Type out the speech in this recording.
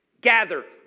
Gather